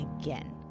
again